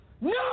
No